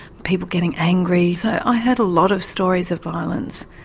people getting angry. so i heard a lot of stories of violence.